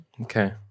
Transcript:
okay